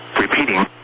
Repeating